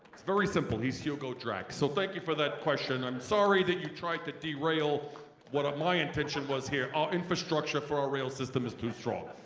very simple heis hugo drax so thank you for that question. iim um sorry that you tried to derail what my intention was here ah infrastructure for our rail system is too strong